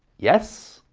yes?